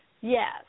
Yes